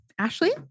Ashley